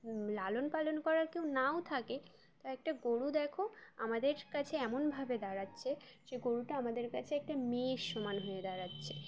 লালন পালন করার কেউ নাও থাকে তো একটা গরু দেখো আমাদের কাছে এমনভাবে দাঁড়াচ্ছে সে গরুটা আমাদের কাছে একটা মেয়ের সমান হয়ে দাঁড়াচ্ছে